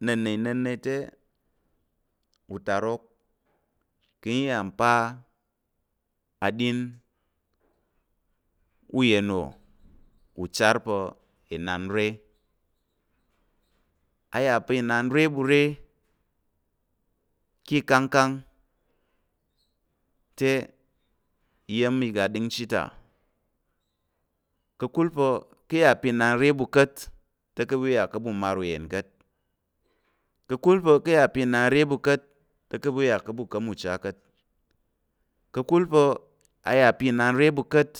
nnəna̱ nnəna̱ te, utarok i ya pa aɗin uyen wò uchar pa̱ inanre, a yà pa̱ inan re ɓu re ká̱ ikangkang, te iya̱m iga aɗəngchi ta ka̱kul pa̱ ka yà pa̱ inan re ɓu ka̱t te ka̱ ɓu iya ka̱ ɓu mar uyen ka̱t, ka̱kul pa̱ inan re ɓu te ka̱ ɓu iya ka̱ ɓu ka̱m uchar ka̱t, ka̱t pa̱ inan re ɓu ka̱t